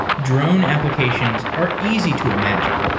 drone applications are easy to imagine.